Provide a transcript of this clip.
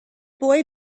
boy